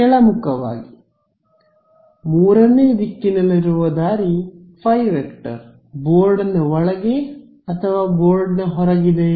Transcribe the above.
ಕೆಳಮುಖವಾಗಿ ಮೂರನೇ ದಿಕ್ಕಿನಲ್ಲಿರುವ ದಾರಿ ϕˆ ಬೋರ್ಡ್ನ ಒಳಗೆ ಅಥವಾ ಬೋರ್ಡ್ಗೆ ಹೊರಗಿದಯೇ